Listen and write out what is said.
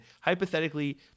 hypothetically